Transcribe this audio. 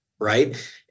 right